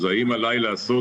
האם עליי לעשות